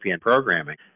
programming